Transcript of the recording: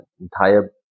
entire